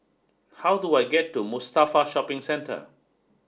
how do I get to Mustafa Shopping Centre